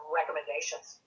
recommendations